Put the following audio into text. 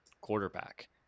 quarterback